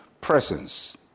presence